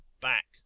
back